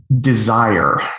desire